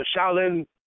Shaolin